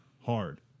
hard